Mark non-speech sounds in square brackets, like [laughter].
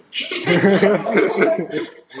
[laughs]